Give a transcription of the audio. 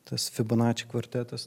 tas fibonači kvartetas